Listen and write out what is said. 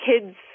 kids